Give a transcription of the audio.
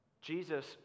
Jesus